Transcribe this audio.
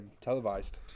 televised